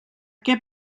què